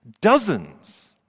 dozens